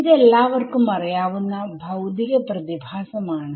ഇത് എല്ലാർക്കും അറിയാവുന്ന ഭൌതിക പ്രതിഭാസം ആണ്